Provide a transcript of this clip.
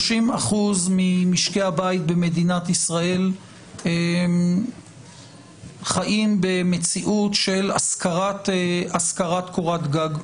30% ממשקי הבית במדינת ישראל חיים במציאות של השכרת קורת גג.